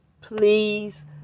please